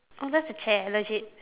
oh that's the chair legit